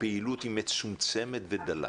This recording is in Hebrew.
הפעילות היא מצומצמת ודלה,